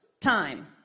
time